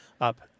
up